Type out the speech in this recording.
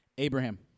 Abraham